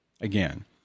again